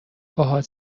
باهات